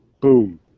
Boom